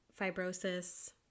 fibrosis